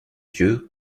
dieu